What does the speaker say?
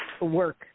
work